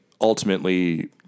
ultimately